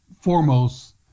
foremost